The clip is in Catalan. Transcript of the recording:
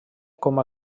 com